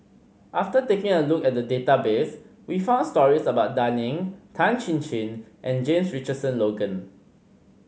after taking a look at the database we found stories about Dan Ying Tan Chin Chin and James Richardson Logan